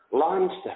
limestone